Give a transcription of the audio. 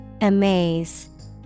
Amaze